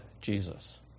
Jesus